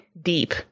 deep